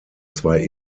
zwei